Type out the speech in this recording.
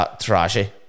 trashy